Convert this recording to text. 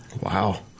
Wow